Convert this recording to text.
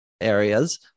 areas